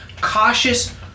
cautious